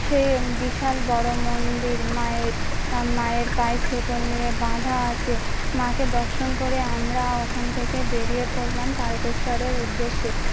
সেই বিশাল বড়ো মন্দির মায়ের মায়ের পায়ে সেগুলিয়ে বাঁধা আছে মাকে দর্শন করে আমরা ওখান থেকে বেরিয়ে পড়লাম তারকেশ্বরের উদ্দেশ্যে